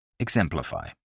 Exemplify